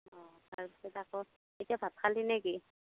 অঁ তাৰপিছত আকৌ এতিয়া ভাত খালি নে কি